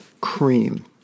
cream